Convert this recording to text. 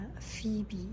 Phoebe